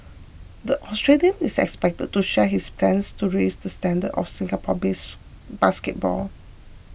the Australian is expected to share his plans to raise the standards of Singapore base basketball